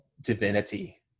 divinity